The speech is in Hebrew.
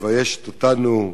שמביישת אותנו,